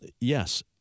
yes